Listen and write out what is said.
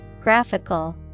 Graphical